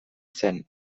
zen